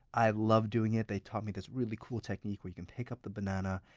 i loved doing it. they taught me this really cool technique where you can pick up the banana,